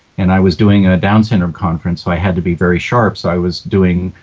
and i was doing a down syndrome conference, so i had to be very sharp. i was doing,